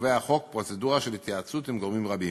קובע החוק פרוצדורה של התייעצות עם גורמים רבים.